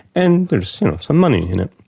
and there's some money in it.